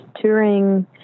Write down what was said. touring